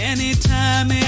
Anytime